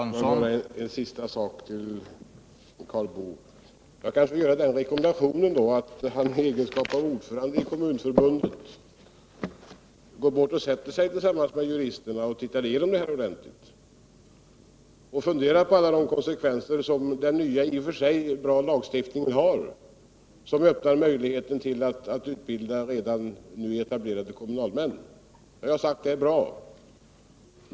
Herr talman! Bara en sista sak till Karl Boo. Jag kanske kan få ge den rekommendationen att han i egenskap av ordförande i Kommunförbundet sätter sig tillsammans med juristerna och där tittar igenom detta ordentligt. Han kan då fundera på alla de konsekvenser som den nya i och för sig bra lagstiftningen har, som öppnar möjligheter till att utbilda redan nu etablerade kommunalmän. Jag har sagt att det är bra.